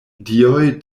dioj